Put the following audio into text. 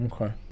Okay